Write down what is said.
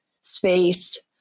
space